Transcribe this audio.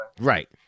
Right